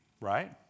Right